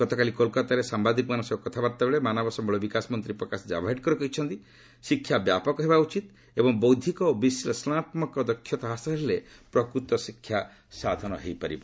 ଗତକାଲି କୋଲକାତାରେ ସାମ୍ବାଦିକମାନଙ୍କ ସହ କଥାବାର୍ତ୍ତା ବେଳେ ମାନବ ସମ୍ଭଳ ବିକାଶମନ୍ତ୍ରୀ ପ୍ରକାଶ ଜାବଡ଼େକର କହିଛନ୍ତି ଶିକ୍ଷା ବ୍ୟାପକ ହେବା ଉଚିତ ଏବଂ ବୌଦ୍ଧିକ ଓ ବିଶ୍ଲେଷଣାତ୍କକ ଦକ୍ଷତା ହାସଲ ହେଲେ ପ୍ରକୃତ ଶିକ୍ଷା ସାଧନ ହୋଇପାରିବ